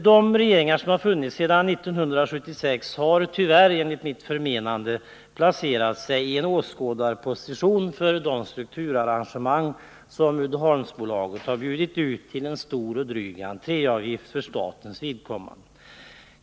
De regeringar som har funnits sedan 1976 har enligt mitt förmenande tyvärr placerat sig i en åskådarposition när det gäller de strukturarrangemang som Uddeholmsbolagen bjudit ut till en dryg entréavgift för staten.